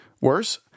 Worse